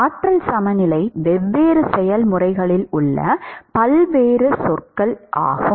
ஆற்றல் சமநிலை வெவ்வேறு செயல்முறைகளில் உள்ள பல்வேறு சொற்கள் யாவை